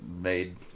made